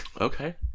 okay